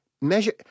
measure